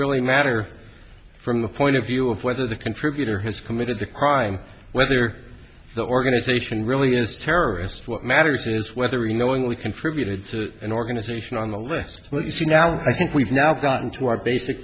really matter from the point of view of whether the contributor has committed the crime whether the organization really is terrorist what matters is whether he knowingly contributed to an organization on the list but if you now i think we've now gotten to our basic